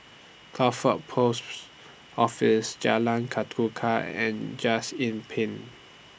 Crawford Post Office Jalan Ketuka and Just Inn Pine